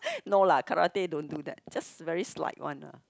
no lah karate don't do that just very slight one lah